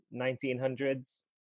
1900s